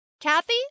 Kathy